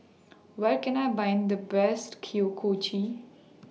Where Can I Buy The Best Kuih Kochi